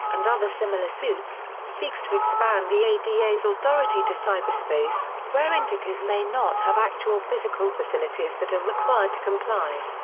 and other similar suits, seeks to expand the ada's authority to cyberspace, where entities may not have actual physical facilities that are required to comply.